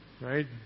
Right